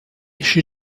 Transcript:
she